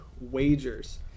wagers